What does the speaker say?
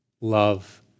love